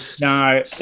No